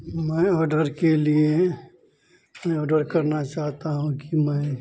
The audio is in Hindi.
मैं ओडर के लिए यह ओडर करना चाहता हूँ कि मैं